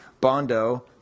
Bondo